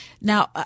Now